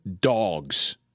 dogs